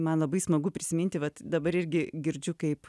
man labai smagu prisiminti vat dabar irgi girdžiu kaip